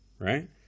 Right